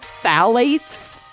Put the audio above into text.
phthalates